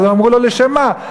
אז אמרו לו: לשם מה?